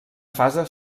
fase